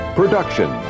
production